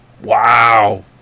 Wow